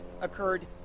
occurred